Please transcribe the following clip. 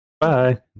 bye